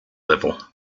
level